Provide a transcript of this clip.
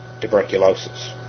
tuberculosis